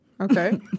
Okay